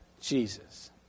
Jesus